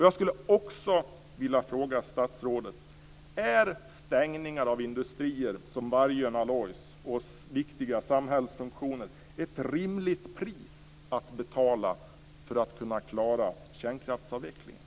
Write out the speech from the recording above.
Jag skulle också vilja fråga statsrådet om det pris man får betala för stängningar av industrier som Vargön Alloys och av viktiga samhällsfunktioner är rimligt för att kunna klara kärnkraftsavvecklingen.